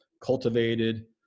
cultivated